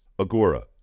Agora